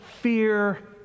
Fear